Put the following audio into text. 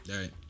Right